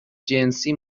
جنسی